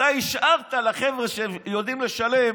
אתה השארת לחבר'ה שיודעים לשלם.